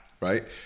Right